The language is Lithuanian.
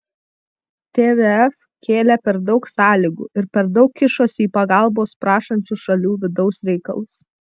tvf kėlė per daug sąlygų ir per daug kišosi į pagalbos prašančių šalių vidaus reikalus